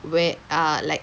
where uh like